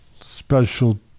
special